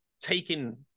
taking